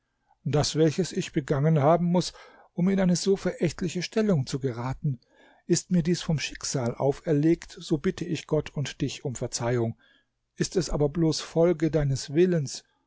das welches ich begangen haben muß um in eine so verächtliche stellung zu geraten ist mir dies vom schicksal auferlegt so bitte ich gott und dich um verzeihung ist es aber bloß folge deines willens